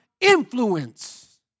influence